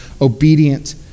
obedient